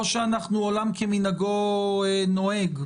או שעולם כמנהגו נוהג.